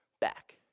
back